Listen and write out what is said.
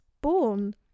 born